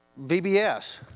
VBS